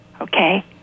okay